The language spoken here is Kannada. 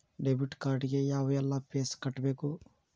ಡೆಬಿಟ್ ಕಾರ್ಡ್ ಗೆ ಯಾವ್ಎಲ್ಲಾ ಫೇಸ್ ಕಟ್ಬೇಕು